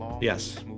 Yes